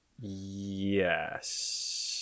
yes